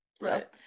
Right